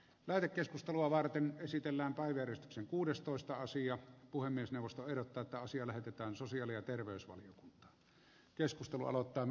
lähetekeskustelua varten esitellään parker sen kuudestoista sija puhemiesneuvosto ehdottaa että asia lähetetään sosiaali ja terveysvaliokuntaan